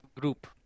group